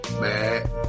mad